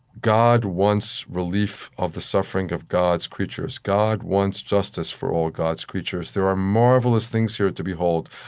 god wants relief of the suffering of god's creatures. god wants justice for all god's creatures. there are marvelous things here to behold.